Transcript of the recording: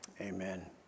amen